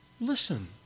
listen